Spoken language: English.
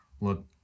look